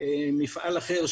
מפעל אחר,